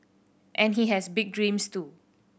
and he has big dreams too